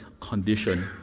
condition